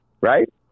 Right